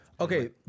Okay